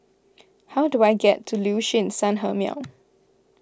how do I get to Liuxun Sanhemiao